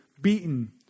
beaten